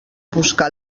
busca